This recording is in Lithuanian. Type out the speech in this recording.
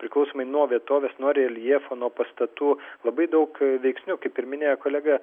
priklausomai nuo vietovės nuo reljefo nuo pastatų labai daug veiksnių kaip ir minėjo kolega